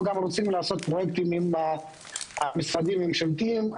אנחנו גם רוצים לעשות פרויקטים עם משרדים ממשלתיים.